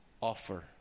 offer